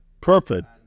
Perfect